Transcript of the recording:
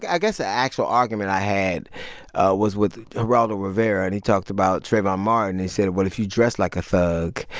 i guess an ah actual argument i had ah was with geraldo rivera. and he talked about trayvon martin. and he said, well, if you dress like a thug,